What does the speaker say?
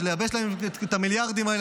לייבש להם את המיליארדים האלה,